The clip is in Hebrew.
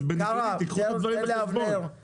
אז בנתונים קחו את הדברים בחשבון.